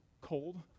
cold